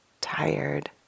tired